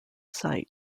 site